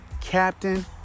Captain